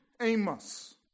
Amos